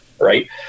right